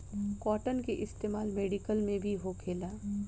cotton के इस्तेमाल medical में भी होखेला